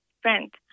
friend